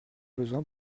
besoin